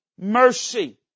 mercy